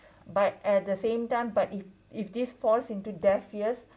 but at the same time but if if this falls into their fears